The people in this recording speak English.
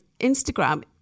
Instagram